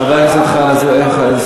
חבר הכנסת חנא סוייד,